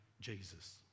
Jesus